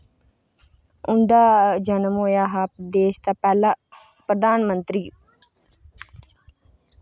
उं'दा जन्म होआ हा देश दा पैह्ला प्रधानमंत्री